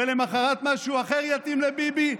ולמוחרת משהו אחר יתאים לביבי,